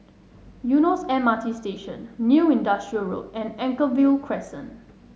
Eunos M R T Station New Industrial Road and Anchorvale Crescent